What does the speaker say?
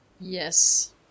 Yes